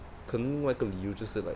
可能另外一个理由是 like